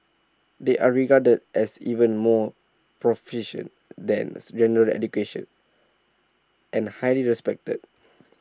they are regarded as even more proficient than general education and highly respected